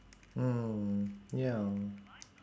mm ya